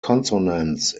consonants